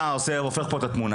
אתה הופך פה את התמונה,